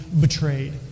betrayed